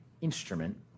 instrument